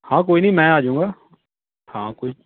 ਹਾਂ ਕੋਈ ਨਹੀਂ ਮੈਂ ਆ ਜਾਊਂਗਾ ਹਾਂ ਕੋਈ